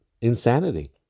insanity